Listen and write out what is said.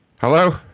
Hello